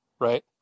right